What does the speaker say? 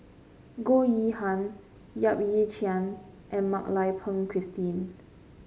Goh Yihan Yap Ee Chian and Mak Lai Peng Christine